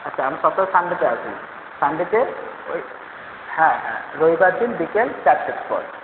আচ্ছা আমি সপ্তাহে সানডেতে আসি সানডেতে ওই হ্যাঁ হ্যাঁ রবিবার দিন বিকেল চারটের পর